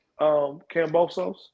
Cambosos